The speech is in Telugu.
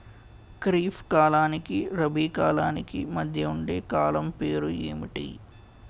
ఖరిఫ్ కాలానికి రబీ కాలానికి మధ్య ఉండే కాలం పేరు ఏమిటి?